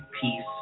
peace